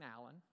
Allen